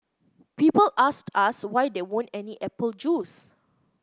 people asked us why there weren't any apple juice